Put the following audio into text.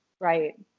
Right